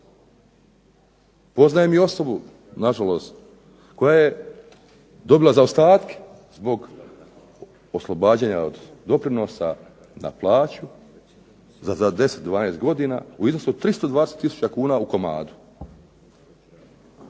Poznajem i osobu nažalost, koja je dobila zaostatke zbog oslobađanje od doprinosa na plaću za 10, 12 godina u iznosu od 320 tisuća kuna u komadu.